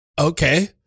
Okay